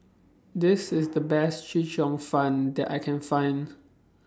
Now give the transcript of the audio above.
This IS The Best Chee Cheong Fun that I Can Find